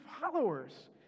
followers